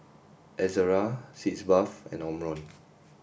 Ezerra Sitz Bath and Omron